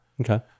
Okay